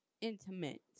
intimate